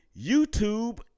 YouTube